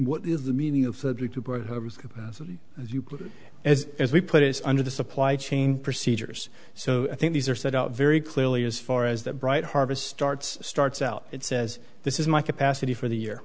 what is the meaning of the as as we put it under the supply chain procedures so i think these are set out very clearly as far as that bright harvest starts starts out it says this is my capacity for the year